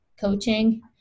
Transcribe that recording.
coaching